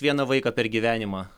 vieną vaiką per gyvenimą